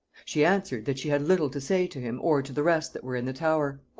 she answered that she had little to say to him or to the rest that were in the tower.